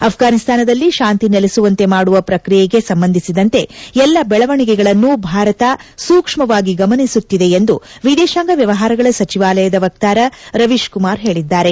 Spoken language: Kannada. ಅಫ್ರಾನಿಸ್ತಾನದಲ್ಲಿ ಶಾಂತಿ ನೆಲೆಸುವಂತೆ ಮಾಡುವ ಪ್ರಕ್ರಿಯೆಗೆ ಸಂಬಂಧಿಸಿದಂತೆ ಎಲ್ಲ ಬೆಳವಣಿಗೆಗಳನ್ನು ಭಾರತ ಸೂಕ್ಷ್ಮವಾಗಿ ಗಮನಿಸುತ್ತಿದೆ ಎಂದು ಎದೇತಾಂಗ ವ್ಯಮಾರಗಳ ಸಚವಾಲಯದ ವಕ್ತಾರ ರವೀಶ್ ಕುಮಾರ್ ಹೇಳಿದ್ದಾರೆ